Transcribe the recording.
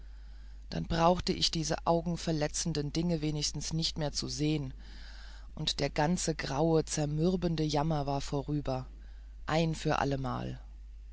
dann brauchte ich diese augenverletzenden dinge wenigstens nie mehr zu sehen und der ganze graue zermürbende jammer war vorüber ein für allemal